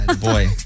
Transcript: Boy